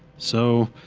so,